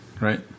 right